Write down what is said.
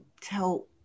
tell